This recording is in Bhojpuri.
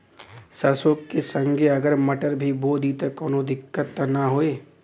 सरसो के संगे अगर मटर भी बो दी त कवनो दिक्कत त ना होय?